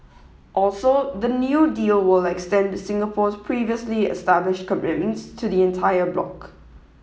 also the new deal will extend Singapore's previously established commitments to the entire bloc